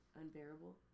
unbearable